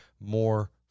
more